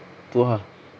tu ah